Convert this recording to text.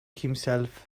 himself